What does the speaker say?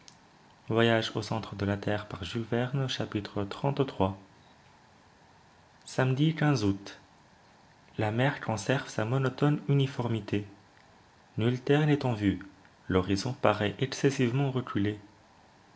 xxxiii samedi août la mer conserve sa monotone uniformité nulle terre n'est en vue l'horizon parait excessivement reculé